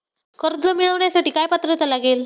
कर्ज मिळवण्यासाठी काय पात्रता लागेल?